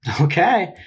Okay